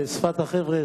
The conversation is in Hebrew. בשפת החבר'ה,